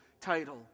title